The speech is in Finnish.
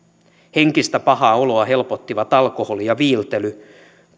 henkistä pahaa oloa helpottivat alkoholi ja viiltely